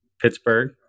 Pittsburgh